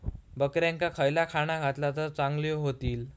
बकऱ्यांका खयला खाणा घातला तर चांगल्यो व्हतील?